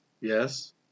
Yes